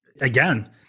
again